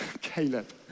caleb